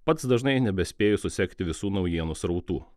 pats dažnai nebespėju susekti visų naujienų srautų